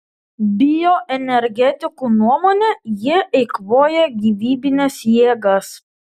bioenergetikų nuomone jie eikvoja gyvybines jėgas